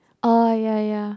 oh ya ya